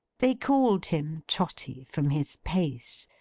they called him trotty from his pace,